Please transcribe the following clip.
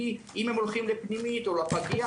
כי אם הם הולכים לפנימית או לפגייה,